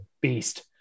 beast